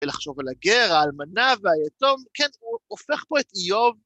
ולחשוב על הגר, האלמנה והיתום, כן, הוא הופך פה את איוב.